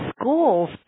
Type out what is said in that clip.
school's